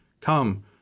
Come